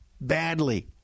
badly